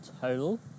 total